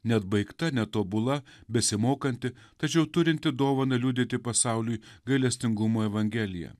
neatbaigta netobula besimokanti tačiau turinti dovaną liudyti pasauliui gailestingumo evangeliją